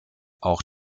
auch